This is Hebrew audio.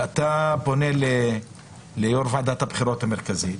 ואתה פונה ליו"ר ועדת הבחירות המרכזית.